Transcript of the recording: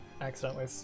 accidentally